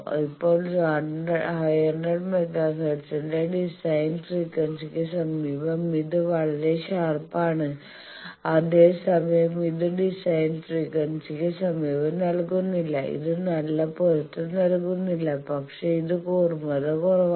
ഇപ്പോൾ 500 മെഗാ ഹെർട്സിന്റെ ഡിസൈൻ ഫ്രീക്വൻസിക്ക് സമീപം ഇത് വളരെ ഷാർപ് ആണ് അതേസമയം ഇത് ഡിസൈൻ ഫ്രീക്വൻസിക്ക് സമീപം നൽകുന്നില്ല ഇത് നല്ല പൊരുത്തം നൽകുന്നില്ല പക്ഷേ ഇത് കുർമത കുറവാണ്